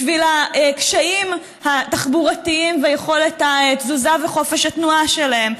בשביל הקשיים התחבורתיים ויכולת התזוזה וחופש התנועה שלהם,